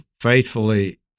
faithfully